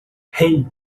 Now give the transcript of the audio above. hey